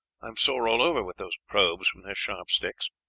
am sore all over with those probes from their sharp sticks.